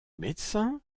médecin